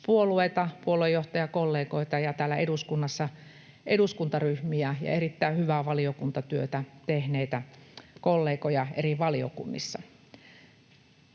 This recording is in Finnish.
puolueita, puoluejohtajakollegoita ja täällä eduskunnassa eduskuntaryhmiä ja erittäin hyvää valiokuntatyötä tehneitä kollegoja eri valiokunnissa.